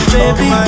Baby